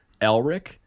elric